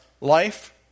life